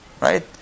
Right